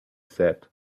said